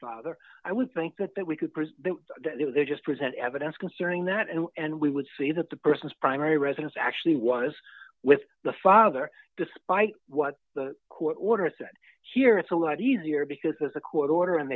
father i would think that that we could pursue there just present evidence concerning that and we would see that the person's primary residence actually was with the father despite what the court order said here it's a lot easier because there's a court order and